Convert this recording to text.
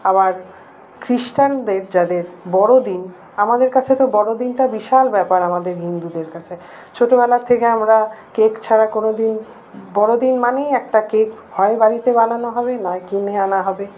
আবার খ্রিস্টানদের যাদের বড়োদিন তাদের কাছে তো বড়োদিনটা বিশাল ব্যাপার আমাদের হিন্দুদের কাছে ছোটোবেলা থেকে আমরা কেক ছাড়া কোনোদিন বড়োদিন মানেই একটা কেক হয় বাড়িতে বানানো হবে নয় কিনে আনা হবে